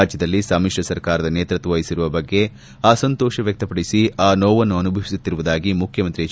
ರಾಜ್ದದಲ್ಲಿ ಸಮಿತ್ರ ಸರ್ಕಾರದ ನೇತೃತ್ವ ವಹಿಸಿರುವ ಬಗ್ಗೆ ಅಸಂತೋಷ ವ್ವಕ್ತಪಡಿಸಿ ಆ ನೋವನ್ನು ಅನುಭವಿಸುತ್ತಿರುವುದಾಗಿ ಮುಖ್ಯಮಂತ್ರಿ ಎಚ್